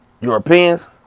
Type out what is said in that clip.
Europeans